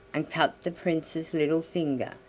and cut the prince's little finger,